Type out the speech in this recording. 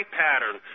pattern